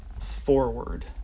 forward